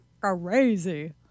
crazy